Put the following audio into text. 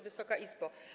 Wysoka Izbo!